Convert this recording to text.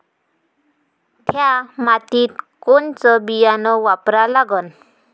थ्या मातीत कोनचं बियानं वापरा लागन?